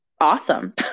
awesome